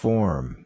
Form